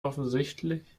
offensichtlich